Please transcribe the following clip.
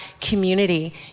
community